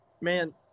man